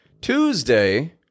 Tuesday